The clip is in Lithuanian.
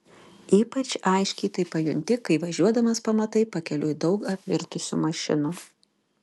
ypač aiškiai tai pajunti kai važiuodamas pamatai pakeliui daug apvirtusių mašinų